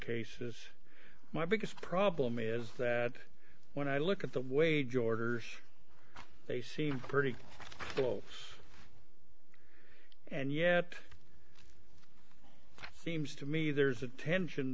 cases my biggest problem is that when i look at the wage orders they seem pretty good and yet seems to me there's a tension